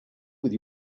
with